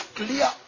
clear